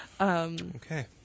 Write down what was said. Okay